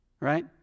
right